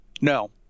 No